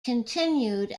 continued